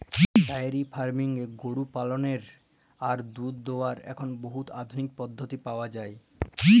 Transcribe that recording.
diary ফার্মিংয়ে গরু পাললেরলে আর দুহুদ দুয়ালর এখল বহুত আধুলিক পদ্ধতি পাউয়া যায়